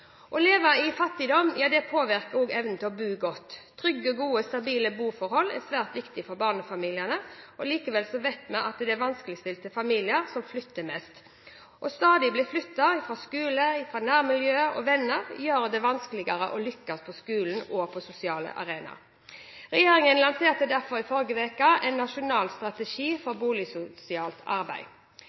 Å leve i fattigdom påvirker også evnen til å bo godt. Trygge, gode, stabile boforhold er svært viktig for barnefamiliene. Likevel vet vi at det er vanskeligstilte familier som flytter mest. Stadig å bli flyttet fra skole, nærmiljø og venner gjør det vanskeligere å lykkes på skolen og på sosiale arenaer. Regjeringen lanserte derfor i forrige uke en nasjonal strategi for boligsosialt arbeid.